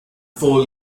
four